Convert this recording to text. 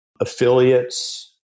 affiliates